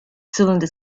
cylinder